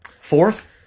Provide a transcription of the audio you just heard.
Fourth